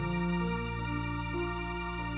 who